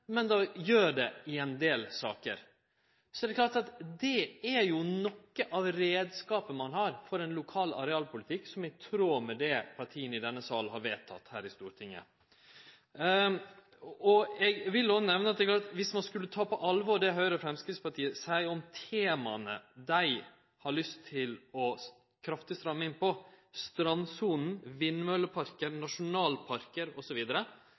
men som gjer det i ein del saker. Det er noko av reiskapen ein har for ein lokal arealpolitikk som er i tråd med det partia i denne sal her i Stortinget har vedteke. Eg vil òg nemne at ein skal ta på alvor det Høgre og Framstegspartiet seier om tema dei har lyst til å stramme inn kraftig på – strandsonen,